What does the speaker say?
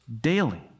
daily